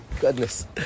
Goodness